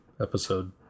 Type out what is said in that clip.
episode